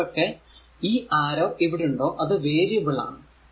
എപ്പോഴൊക്കെ ഈ ആരോ ഇവിടുണ്ടോ അത് വേരിയബിൾ ആണ്